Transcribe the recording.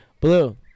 Blue